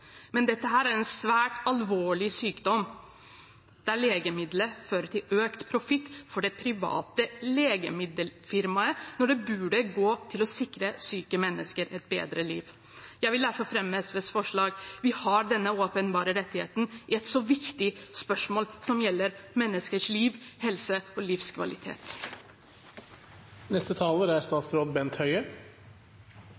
men dette er en svært alvorlig sykdom, der legemiddelet fører til økt profitt for det private legemiddelfirmaet når det burde gå til å sikre syke mennesker et bedre liv. Jeg vil derfor vise til forslaget SV er med på. Vi har denne åpenbare rettigheten i et viktig spørsmål, som gjelder menneskers liv, helse og livskvalitet. Et stabilt og forutsigbart patentsystem er